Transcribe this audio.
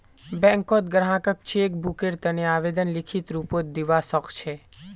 बैंकत ग्राहक चेक बुकेर तने आवेदन लिखित रूपत दिवा सकछे